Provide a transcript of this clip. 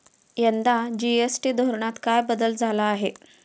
यंदा जी.एस.टी धोरणात काय बदल झाला आहे?